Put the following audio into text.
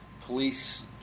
police